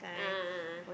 a'ah a'ah